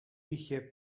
είχε